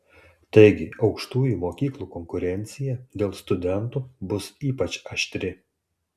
taigi aukštųjų mokyklų konkurencija dėl studentų bus ypač aštri